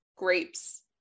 grapes